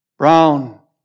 brown